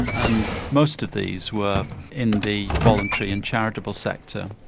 and most of these were in the voluntary and charitable sector.